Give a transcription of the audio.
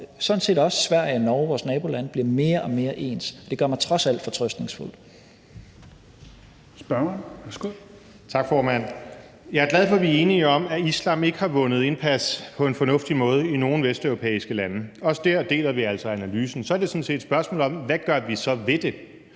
Petersen): Spørgeren, værsgo. Kl. 16:05 Morten Messerschmidt (DF): Tak, formand. Jeg er glad for, at vi er enige om, at islam ikke har vundet indpas på en fornuftig måde i nogen vesteuropæiske lande. Også der deler vi altså analysen. Så er det sådan set et spørgsmål om, hvad vi så gør ved det,